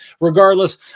regardless